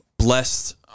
blessed